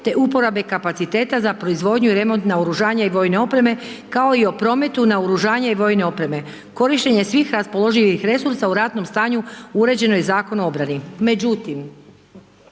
te upotrebe kapaciteta za proizvodnju i remont naoružanja i vojne opreme kao i o prometu naoružanja i vojne opreme. Korištenje svih raspoloživih resursa u ratnom stanju uređeno je Zakonom o obrani. Međutim,